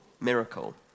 miracle